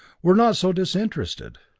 were not so disinterested.